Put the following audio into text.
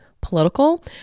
political